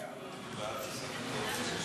בכמה מדובר בסך הכול?